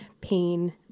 pain